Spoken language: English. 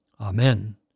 Amen